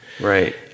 right